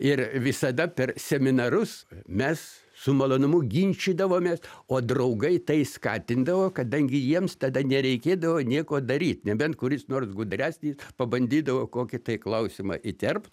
ir visada per seminarus mes su malonumu ginčydavomės o draugai tai skatindavo kadangi jiems tada nereikėdavo nieko daryt nebent kuris nors gudresnis pabandydavo kokį tai klausimą įterpt